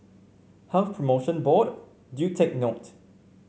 Health Promotion Board do take note